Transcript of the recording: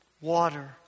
water